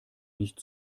nicht